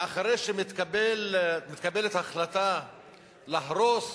ואחרי שמתקבלת החלטה להרוס,